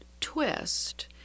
twist